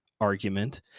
argument